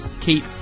keep